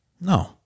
No